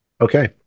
Okay